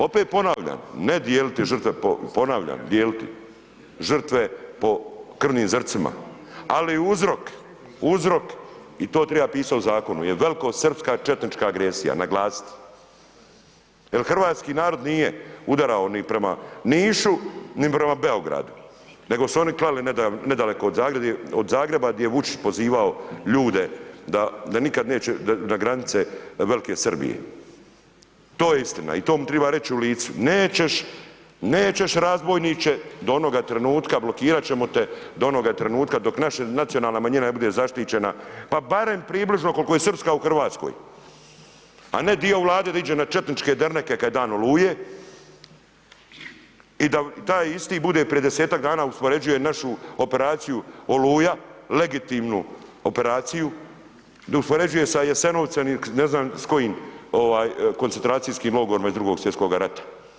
Opet ponavljam, ne dijeliti žrtve po, ponavljam, dijeliti, žrtve po krvnim zrncima, ali uzrok i to triba pisat u zakonu jel velikosrpska četnička agresija naglasit, jel hrvatski narod nije udarao ni prema Nišu, ni prema Beogradu, nego su oni klali nedaleko od Zagreba di je Vučić pozivao ljude da nikad neće, da granice velike Srbije, to je istina i to mu triba reći u licu, nećeš, nećeš razbojniče do onoga trenutka blokirat ćemo te, do onoga trenutka dok naša nacionalna manjina ne bude zaštićena, pa barem približno kolko je srpska u RH, a ne dio Vlade da iđe na četničke derneke kad je dan Oluje i da taj isti bude prije 10-tak dana uspoređuje našu operaciju Oluja, legitimnu operaciju, da uspoređuje sa Jesenovcem i ne znam s kojim koncentracijskim logorima iz drugog svjetskoga rata.